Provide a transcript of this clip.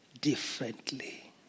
differently